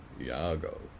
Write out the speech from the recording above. Iago